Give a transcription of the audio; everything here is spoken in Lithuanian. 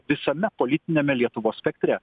visame politiniame lietuvos spektre